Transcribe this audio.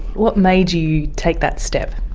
what made you take that step?